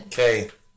Okay